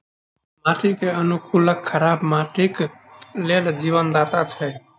माटि अनुकूलक खराब माटिक लेल जीवनदाता छै